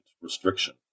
restriction